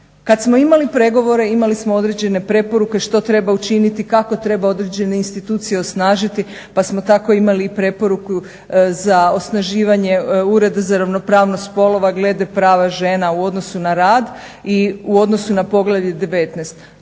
Kada smo imali pregovore imali smo određene preporuke što treba učiniti, kako treba određene institucije osnažiti. Pa smo tako imali preporuku za osnaživanje Ureda za ravnopravnost spolova glede prava žena u odnosu na rad i u odnosu na poglavlje 19.